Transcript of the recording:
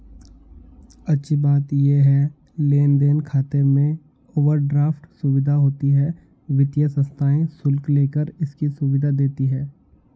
अच्छी बात ये है लेन देन खाते में ओवरड्राफ्ट सुविधा होती है वित्तीय संस्थाएं शुल्क लेकर इसकी सुविधा देती है